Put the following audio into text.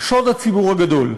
שוד הציבור הגדול.